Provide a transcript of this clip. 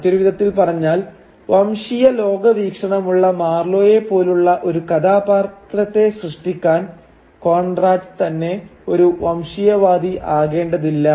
മറ്റൊരു വിധത്തിൽ പറഞ്ഞാൽ വംശീയ ലോകവീക്ഷണമുള്ള മാർലോയെ പോലുള്ള ഒരു കഥാപാത്രത്തെ സൃഷ്ടിക്കാൻ കോൺറാഡ് തന്നെ ഒരു വംശീയ വാദി ആകേണ്ടതില്ല